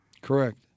Correct